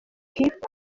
hip